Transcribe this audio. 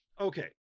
okay